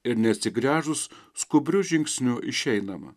ir neatsigręžus skubriu žingsniu išeinama